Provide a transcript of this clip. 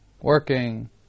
working